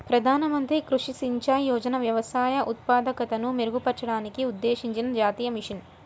ప్రధాన మంత్రి కృషి సించాయ్ యోజన వ్యవసాయ ఉత్పాదకతను మెరుగుపరచడానికి ఉద్దేశించిన జాతీయ మిషన్